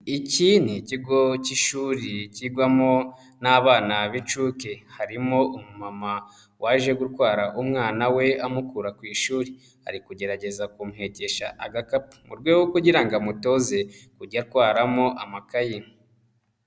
Iki ni ikigo k'ishuri kigwamo n'abana b'inshuke, harimo umumama waje gutwara umwana we amukura ku ishuri, ari kugerageza kumuhekesha agakapu, mu rwego kugira ngo amutoze kujya atwaramo amakayi.